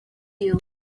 you